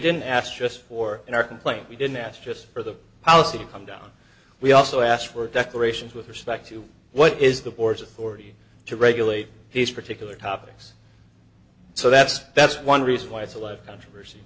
didn't ask just for in our complaint we didn't ask just for the policy to come down we also asked for declarations with respect to what is the board's authority to regulate these particular topics so that's that's one reason why it's a lot of